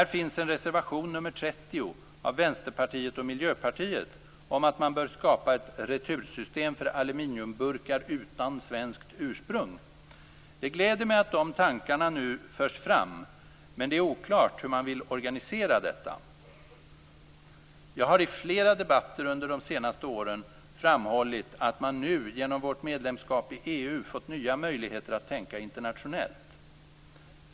I reservation 30 från Vänsterpartiet och Miljöpartiet sägs det att man bör skapa ett retursystem för aluminiumburkar utan svenskt ursprung. Det gläder mig att dessa tankar nu förs fram. Men det är oklart hur de vill organisera detta. Jag har i flera debatter under de senaste åren framhållit att man nu genom vårt medlemskap i EU fått nya möjligheter att tänka internationellt.